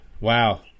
Wow